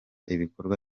ibikorwa